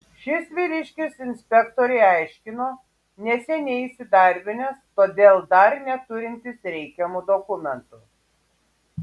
šis vyriškis inspektorei aiškino neseniai įsidarbinęs todėl dar neturintis reikiamų dokumentų